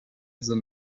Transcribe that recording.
than